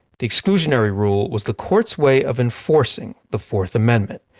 the exclusionary rule was the court's way of enforcing the fourth amendment.